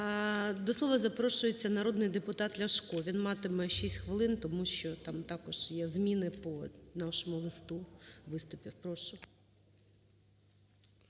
До слова запрошується народний депутат Ляшко. Він матиме 6 хвилин, тому що там також є зміни по нашому листу.